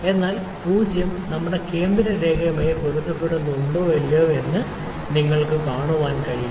അതിനാൽ 0 നമ്മുടെ കേന്ദ്ര രേഖയുമായി കൃത്യമായി പൊരുത്തപ്പെടുന്നുണ്ടോ ഇല്ലയോ എന്ന് നിങ്ങൾക്ക് കാണാൻ കഴിയുമോ